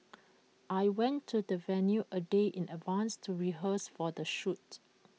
I went to the venue A day in advance to rehearse for the shoot